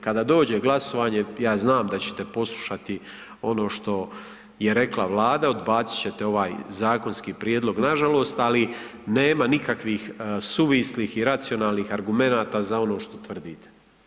Kada dođe glasovanje ja znam da ćete poslušati ono što je rekla Vlada, odbacit ćete ovaj zakonski prijedlog nažalost, ali nema nikakvih suvislih i racionalnih argumenata za ono što tvrdite.